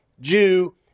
Jew